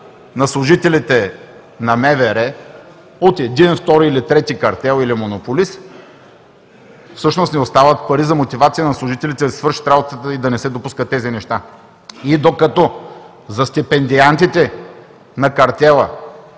на служителите на МВР от един, втори, или трети картел или монополист, всъщност не остават пари за мотивация на служителите да си свършат работата и да не се допускат тези неща. И докато за стипендиантите на картела